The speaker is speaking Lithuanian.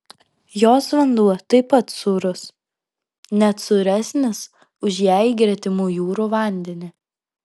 jos vanduo taip pat sūrus net sūresnis už jai gretimų jūrų vandenį